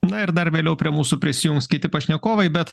na ir dar vėliau prie mūsų prisijungs kiti pašnekovai bet